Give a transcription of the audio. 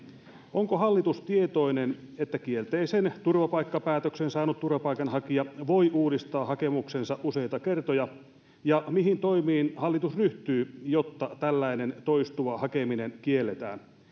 onko hallitus tietoinen että kielteisen turvapaikkapäätöksen saanut turvapaikanhakija voi uudistaa hakemuksensa useita kertoja ja mihin toimiin hallitus ryhtyy jotta tällainen toistuva hakeminen kielletään